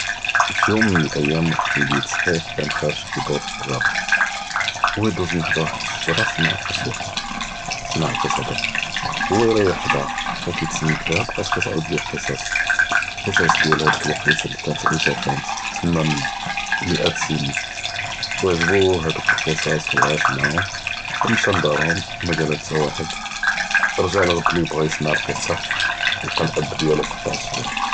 פי יום מן אלאיאם וחד אלוליד סע’יר כיכאן חארג כידור פי אלע’אבה, ו ידוז מן חד וחד אלשג’רה סמעה אלאצوات, סמעה כתהדר, ו הוא ריח חדהא, בקא כיתצנת ליהא, בקאת כתעאוד ליה אלקצץ, קצץ דיאל האדאכ אלוקת לי כאנת תעש שא פאת, תמא, מאאת אלסנין, ו עג’בוהאדוק אלקצץ ו עאש מעאהום, ו משא לדהרהום, ו מא קאל לתא ואחד, רג’ע רד ליה בגא יסמע אלקצה, לקא..